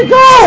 go